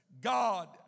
God